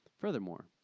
Furthermore